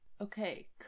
Okay